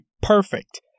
perfect